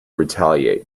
retaliate